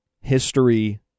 History